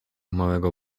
małego